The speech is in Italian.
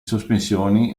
sospensioni